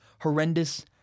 horrendous